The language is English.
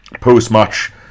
post-match